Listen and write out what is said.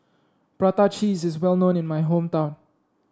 Prata Cheese is well known in my hometown